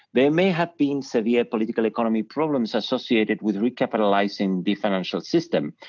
there may have been severe political economy problems associated with recapitalizing the financial system,